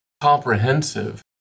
comprehensive